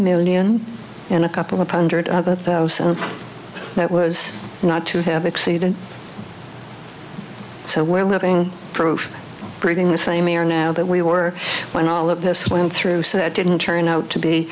million and a couple of hundred others that was not to have exceeded so we're living proof breathing the same air now that we were when all of this went through so that didn't turn out to be